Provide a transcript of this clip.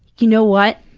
you know what?